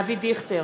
אבי דיכטר,